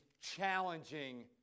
challenging